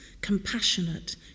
Compassionate